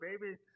baby